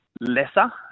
lesser